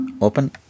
Open